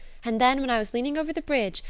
and then, when i was leaning over the bridge,